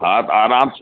हा त आरामु